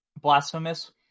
Blasphemous